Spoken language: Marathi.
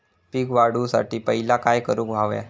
पीक वाढवुसाठी पहिला काय करूक हव्या?